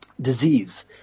disease